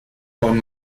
con